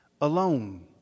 alone